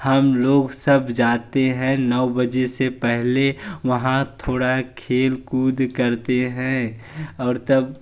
हम लोग सब जाते हैं नौ बजे से पहले वहाँ थोड़ा खेल कूद करते हैं और तब